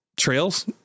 Trails